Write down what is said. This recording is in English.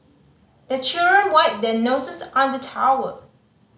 the children wipe their noses on the towel